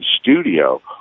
studio